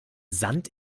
sand